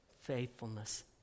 faithfulness